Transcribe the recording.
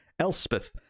Elspeth